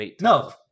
No